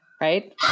Right